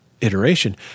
iteration